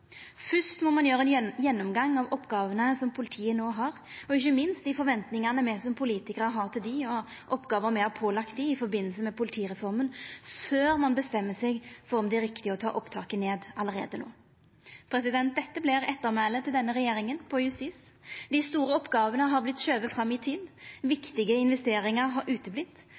Ein må gjera ein gjennomgang av oppgåvene som politiet no har, og ikkje minst av dei forventingane me som politikarar har til dei, og oppgåver me har pålagt dei i forbindelse med politireforma, før ein bestemmer seg for om det er riktig å ta opptaket ned allereie no. Dette vert ettermælet til denne regjeringa på justisfeltet. Dei store oppgåvene har vorte skovne fram i tid. Viktige investeringar har